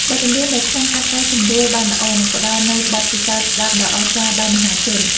បទចម្រៀងដែលឆ្លងកាត់ការសម្រួលបានល្អនឹងផ្ដល់នូវបទពិសោធន៍ស្ដាប់ដ៏អស្ចារ្យដល់មហាជន។